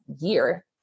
year